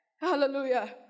Hallelujah